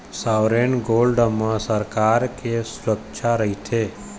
sovereign gold म सरकार के सुरक्छा रहिथे